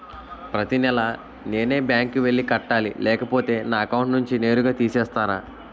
ప్రతి నెల నేనే బ్యాంక్ కి వెళ్లి కట్టాలి లేకపోతే నా అకౌంట్ నుంచి నేరుగా తీసేస్తర?